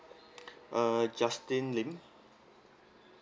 uh justin lim